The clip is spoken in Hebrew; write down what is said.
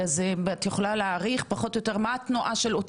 אותם עובדים זרים בכל התחומים לתוך האתר שלכם?